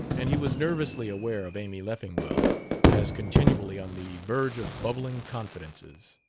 and he was nervously aware of amy leffingwell as continually on the verge of bubbling confidences.